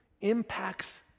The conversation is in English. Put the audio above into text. impacts